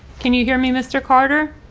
can you hear me mr. carter?